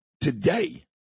today